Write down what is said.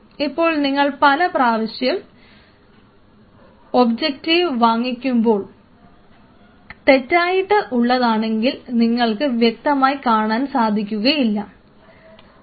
ഇപ്പോൾ നിങ്ങൾ പലപ്രാവശ്യവും ഒബ്ജക്ടീവ് വാങ്ങിക്കുമ്പോൾ തെറ്റായിട്ട് ഉള്ളതാണെങ്കിൽ നിങ്ങൾക്ക് വ്യക്തമായി കാണാൻ സാധിക്കുകയില്ല ഇല്ല